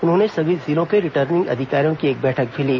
उन्होंने सभी जिलों के रिटर्निंग अधिकारियों की एक बैठक भी ली